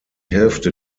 hälfte